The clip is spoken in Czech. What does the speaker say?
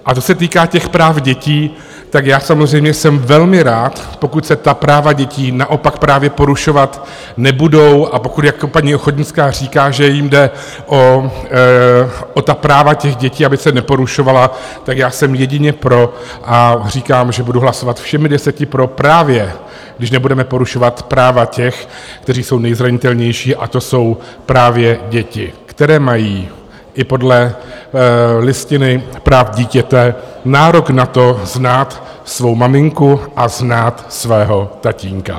A co se týká těch práv dětí, tak já samozřejmě jsem velmi rád, pokud se ta práva dětí naopak právě porušovat nebudou a pokud, jak paní Ochodnická říká, že jim jde o ta práva dětí, aby se neporušovala, tak já jsem jedině pro a říkám, že budu hlasovat všemi deseti pro právě, když nebudeme porušovat práva těch, kteří jsou nejzranitelnější, a to jsou právě děti, které mají i podle listiny práv dítěte nárok na to znát svou maminku a znát svého tatínka.